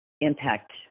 impact